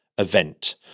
event